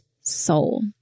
soul